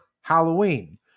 halloween